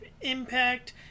impact